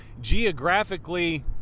geographically